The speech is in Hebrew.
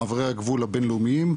במעברי הגבול הבינלאומיים,